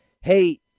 hey